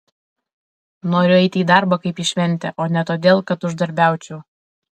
noriu eiti į darbą kaip į šventę o ne todėl kad uždarbiaučiau